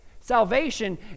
Salvation